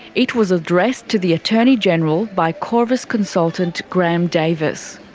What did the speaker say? it was addressed to the attorney general by qorvis consultant graham davis.